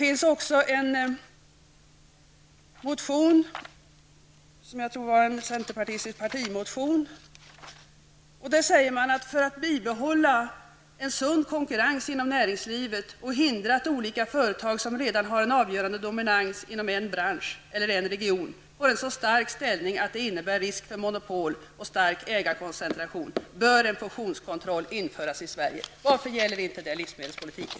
I en partimotion från centerpartiet står det: ''För att bibehålla en sund konkurrens inom näringslivet och hindra att olika företag som redan har en avgörande dominans inom en bransch eller en region får en så stark ställning att det innebär risk för monopol och stark ägarkoncentration bör en fusionskontroll införas i Sverige.'' Varför gäller detta inte livsmedelspolitiken?